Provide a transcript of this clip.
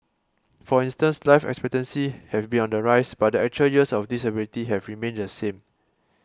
for instance life expectancy have been on the rise but the actual years of disability have remained the same